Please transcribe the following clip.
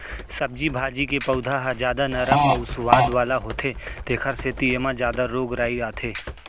सब्जी भाजी के पउधा ह जादा नरम अउ सुवाद वाला होथे तेखर सेती एमा जादा रोग राई आथे